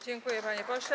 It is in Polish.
Dziękuję, panie pośle.